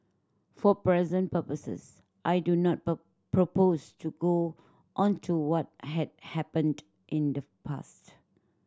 for present purposes I do not propose to go into what had happened in the past